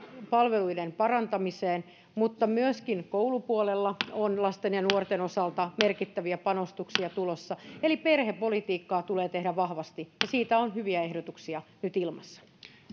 palveluiden parantamiseen mutta myöskin koulupuolella on lasten ja nuorten osalta merkittäviä panostuksia tulossa eli perhepolitiikkaa tulee tehdä vahvasti ja siitä on hyviä ehdotuksia nyt ilmassa